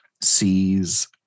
sees